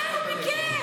מה הוא ביקש,